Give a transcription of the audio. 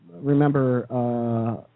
remember